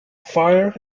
fire